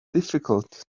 difficult